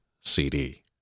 CD